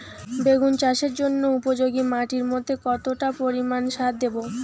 বেগুন চাষের জন্য উপযোগী মাটির মধ্যে কতটা পরিমান সার দেব?